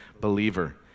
believer